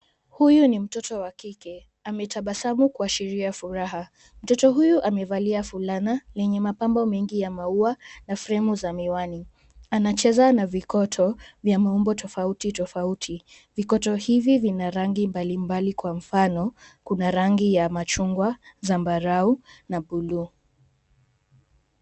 Huyu ni mtoto wa kike, ametabasamu kuashiria furaha. Mtoto huyu amevalia fulana yenye mapambo mengi ya maua, na fremu za miwani. Anacheza na vikoto vya maumbo tofauti tofauti. Vikoto hivi vina rangi mbali mbali, kwa mfano, kuna rangi ya machungwa , zambarau, na blue .